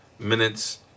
minutes